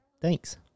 Thanks